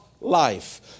life